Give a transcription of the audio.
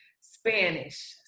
Spanish